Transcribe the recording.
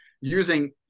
using